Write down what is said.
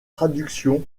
traductions